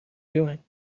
doing